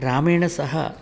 रामेण सह